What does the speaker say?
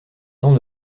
temps